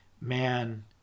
man